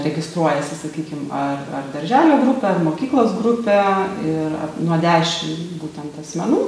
registruojasi sakykim ar ar darželio grupė ar mokyklos grupė ir nuo dešim būtent asmenų